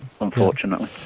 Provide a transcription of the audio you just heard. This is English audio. unfortunately